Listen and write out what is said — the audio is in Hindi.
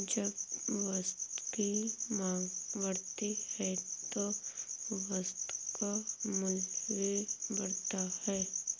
जब वस्तु की मांग बढ़ती है तो वस्तु का मूल्य भी बढ़ता है